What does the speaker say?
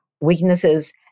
weaknesses